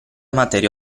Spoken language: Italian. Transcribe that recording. materia